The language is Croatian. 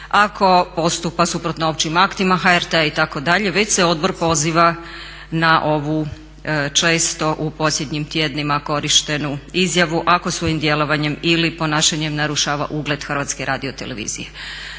Ako postupa suprotno općim aktima HRT-a itd. već se odbor poziva na ovu često u posljednjim tjednima korištenu izjavu ako svojim djelovanjem ili ponašanjem narušava ugled Hrvatske radiotelevizije.